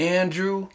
andrew